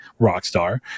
Rockstar